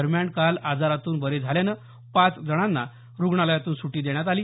दरम्यान काल आजारातून बरे झाल्यामुळे पाच जणांना रुग्णालयातून सुटी देण्यात आली